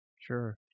Sure